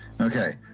Okay